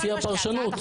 לפי הפרשנות.